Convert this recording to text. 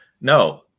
no